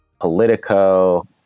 politico